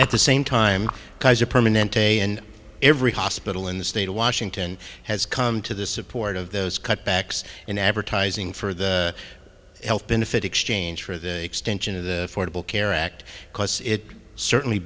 permanente and every hospital in the state of washington has come to the support of those cutbacks in advertising for the health benefit exchange for the extension of the fordable care act because it certainly